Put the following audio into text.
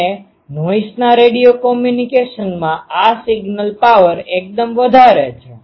અને નોઈસના રેડિયો કમ્યુનિકેશનમાં આ સિગ્નલ પાવર એકદમ વધારે છે